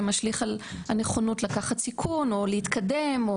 משליך על הנכונות לקחת סיכון או להתקדם,